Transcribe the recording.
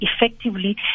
effectively